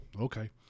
Okay